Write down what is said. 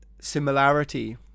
similarity